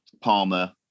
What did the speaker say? Palmer